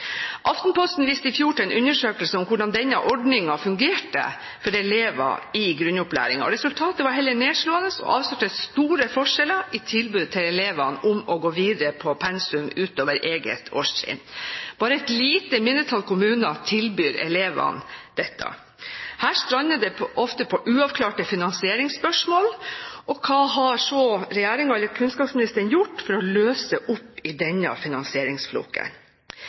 Aftenposten viste i fjor til en undersøkelse om hvordan denne ordningen fungerte for elever i grunnopplæringen. Resultatet var heller nedslående og avslørte store forskjeller i tilbud til elevene om å gå videre på pensum ut over eget årstrinn. Bare et lite mindretall kommuner tilbyr elevene dette. Her strander det ofte på uavklarte finansieringsspørsmål. Hva har regjeringen, eller kunnskapsministeren, gjort for å løse opp i denne finansieringsfloken?